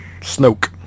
Snoke